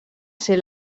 ser